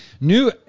new